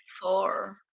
four